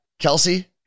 Kelsey